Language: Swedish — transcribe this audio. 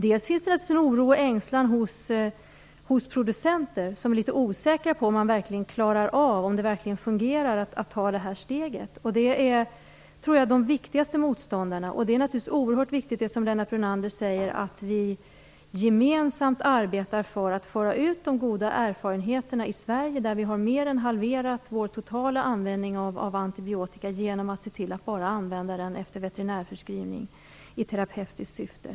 Dessutom finns det naturligtvis en oro och ängslan hos producenter som är litet osäkra på om de verkligen klarar av detta och om det verkligen fungerar att ta det här steget. Det tror jag är de viktigaste motståndarna. Det är oerhört viktigt att vi gemensamt arbetar för att föra ut de goda erfarenheterna i Sverige, precis som Lennart Brunander säger. Vi har ju mer än halverat vår totala användning av antibiotika genom att se till att bara använda den efter veterinärförskrivning i terapeutiskt syfte.